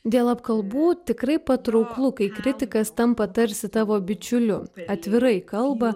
dėl apkalbų tikrai patrauklu kai kritikas tampa tarsi tavo bičiuliu atvirai kalba